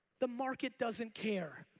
the market doesn't care.